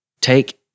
take